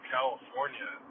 California